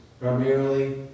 primarily